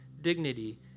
dignity